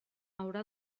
haurà